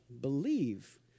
Believe